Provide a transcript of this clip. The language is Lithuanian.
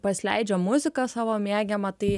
pasileidžia muziką savo mėgiamą tai